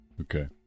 Okay